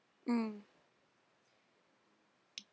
mm